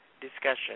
discussion